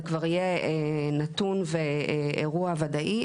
זה כבר יהיה נתון ואירוע וודאי,